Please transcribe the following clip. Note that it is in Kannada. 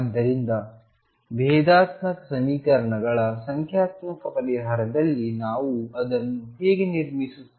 ಆದ್ದರಿಂದ ಭೇದಾತ್ಮಕ ಸಮೀಕರಣಗಳ ಸಂಖ್ಯಾತ್ಮಕ ಪರಿಹಾರದಲ್ಲಿ ನಾವು ಅದನ್ನು ಹೇಗೆ ನಿರ್ಮಿಸುತ್ತೇವೆ